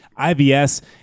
IBS